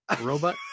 Robot